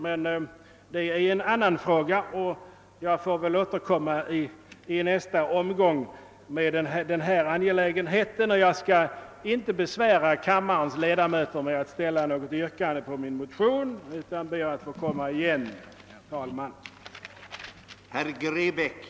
Det är emellertid en annan fråga, och jag får väl återkomma i nästa omgång med denna angelägenhet. Jag skall inte besvära kammarens ledamöter med att ställa något yrkande om bifall till min motion utan ber bara att få komma tillbaka.